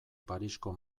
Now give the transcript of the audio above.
parisko